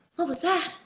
what was that?